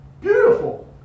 Beautiful